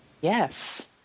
Yes